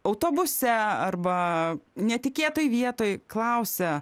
autobuse arba netikėtoj vietoj klausia